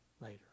later